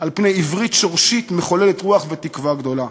על פני עברית שורשית מחוללת רוח ותקווה גדולה.